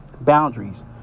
boundaries